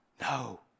No